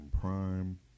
Prime